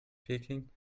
peking